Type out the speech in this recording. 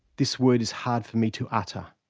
this word is hard for me to utter.